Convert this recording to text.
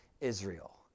Israel